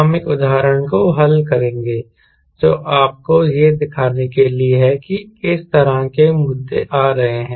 हम एक उदाहरण को हल करेंगे जो आपको यह दिखाने के लिए है कि किस तरह के मुद्दे आ रहे हैं